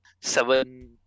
seven